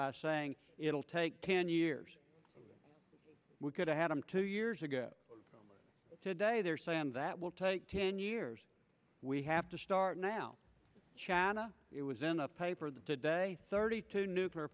by saying it'll take ten years we could have had them two years ago today they're saying that will take ten years we have to start now chana it was in a paper that today thirty two nuclear